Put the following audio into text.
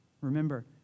Remember